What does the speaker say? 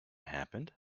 happened